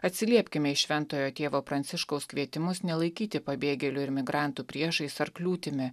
atsiliepkime į šventojo tėvo pranciškaus kvietimus nelaikyti pabėgėlių ir migrantų priešais ar kliūtimi